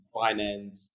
finance